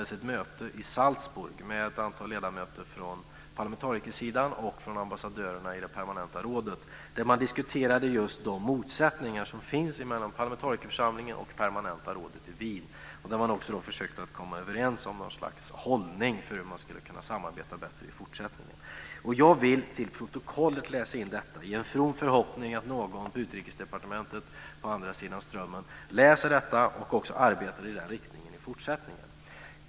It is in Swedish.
Salzburg med ett antal ledamöter från parlamentarikersidan och från ambassadörerna i det permanenta rådet, där man diskuterade just de motsättningar som finns mellan parlamentarikerförsamlingen och det permanenta rådet i Wien. Då försökte man också komma överens om något slags hållning vad gäller hur man skulle kunna samarbeta bättre i fortsättningen. Jag vill till protokollet läsa in detta i en from förhoppning att någon på Utrikesdepartementet på andra sidan Strömmen läser detta och också arbetar i den riktningen i fortsättningen.